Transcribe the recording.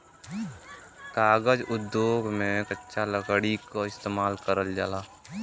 कागज उद्योग में कच्चा लकड़ी क इस्तेमाल करल जाला